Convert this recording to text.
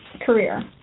Career